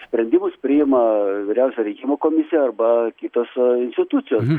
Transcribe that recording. sprendimus priima vyriausioji rinkimų komisija arba kitos institucijos